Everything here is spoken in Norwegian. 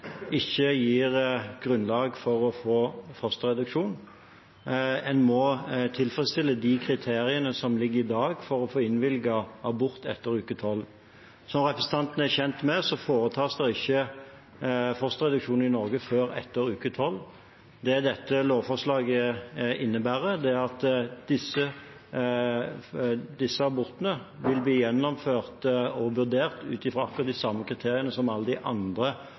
ikke gir grunnlag for å få fosterreduksjon. Man må tilfredsstille de kriteriene som ligger i dag, for å få innvilget abort etter uke 12. Som representanten er kjent med, foretas det ikke fosterreduksjon i Norge før etter uke 12. Det dette lovforslaget innebærer, er at disse abortene vil bli gjennomført og vurdert ut fra akkurat de samme kriteriene som alle de andre